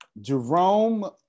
Jerome